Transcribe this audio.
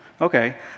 okay